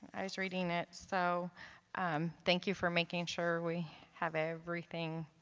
i was reading it so thank you for making sure we have everything